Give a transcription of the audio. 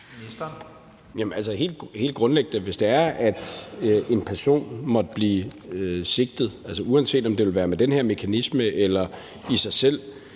Helt grundlæggende er det sådan, at hvis en person måtte blive sigtet, altså uanset om det vil være med den her mekanisme eller i sig selv,